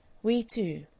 we two.